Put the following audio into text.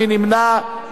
נא להצביע.